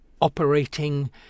operating